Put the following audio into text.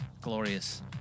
glorious